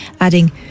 adding